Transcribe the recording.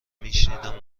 میشنیدم